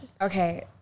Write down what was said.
okay